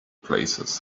places